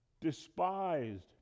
despised